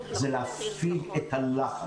זה להפיג את הלחץ.